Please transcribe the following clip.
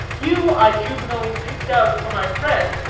you, i juvenilely picked out for my friend,